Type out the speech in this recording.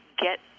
get